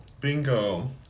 Bingo